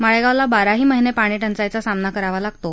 माळेगावला बाराही महिने पाणी टंचाईचा सामना करावा लागतो